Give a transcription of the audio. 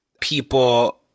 people